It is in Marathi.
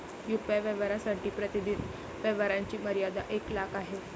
यू.पी.आय व्यवहारांसाठी प्रतिदिन व्यवहारांची मर्यादा एक लाख आहे